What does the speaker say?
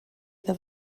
iddo